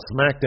SmackDown